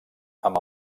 amb